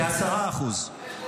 כ-10% --- כ-10%.